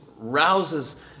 rouses